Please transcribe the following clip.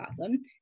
awesome